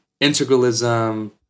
integralism